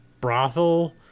brothel